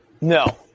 No